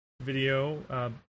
video